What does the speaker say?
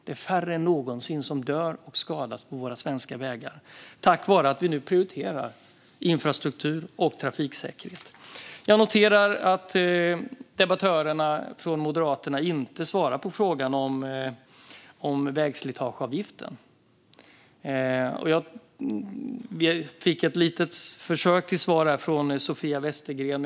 Det är färre än någonsin som dör och skadas på våra svenska vägar, och det är tack vare att vi nu prioriterar infrastruktur och trafiksäkerhet. Jag noterar att debattörerna från Moderaterna inte svarar på frågan om vägslitageavgiften. Vi fick ett försök till svar från Sofia Westergren.